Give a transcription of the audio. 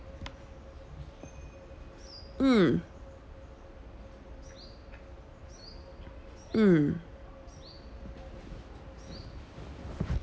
mm mm